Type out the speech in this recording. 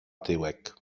tyłek